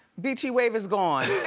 beachy wave is gone.